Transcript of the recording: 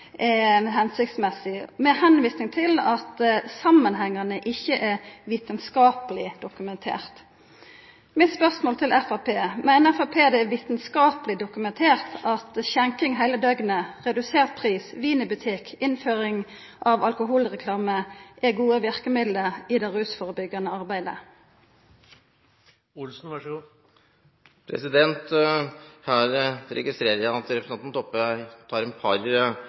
hensiktsmessig, med å visa til at samanhengen ikkje er vitskapeleg dokumentert. Mitt spørsmål til Framstegspartiet er: Meiner Framstegspartiet at det er vitskapeleg dokumentert at skjenking heile døgnet, redusert pris, vin i butikk og innføring av alkoholreklame er gode verkemiddel i det rusførebyggjande arbeidet? Her registrerer jeg at representanten Toppe tar